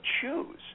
choose